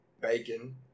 bacon